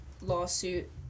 lawsuit